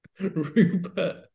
Rupert